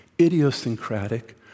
idiosyncratic